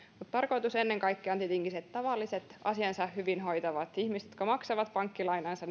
mutta tarkoitus on ennen kaikkea tietenkin se että tavallisten asiansa hyvin hoitavien ihmisten jotka maksavat pankkilainansa